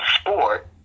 sport